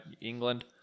England